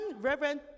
reverend